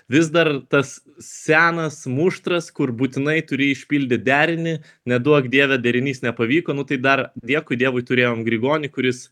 vis dar tas senas muštras kur būtinai turi išpildyt derinį neduok dieve derinys nepavyko nu tai dar dėkui dievui turėjom grigonį kuris